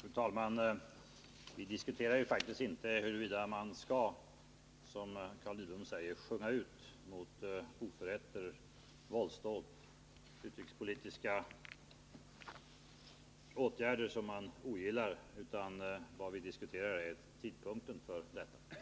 Fru talman! Vi diskuterar faktiskt inte huruvida man skall, som Carl Lidbom säger, sjunga ut mot oförrätter, våldsdåd och utrikespolitiska åtgärder som man ogillar, utan vad vi diskuterar är tidpunkten för detta.